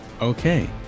Okay